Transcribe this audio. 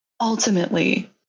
ultimately